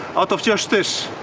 out of just this.